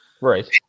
Right